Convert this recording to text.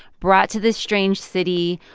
brought to this strange city,